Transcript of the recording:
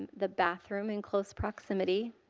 the bathroom in close proximity.